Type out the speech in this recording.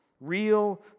Real